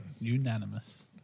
Unanimous